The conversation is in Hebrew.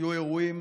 היו אירועים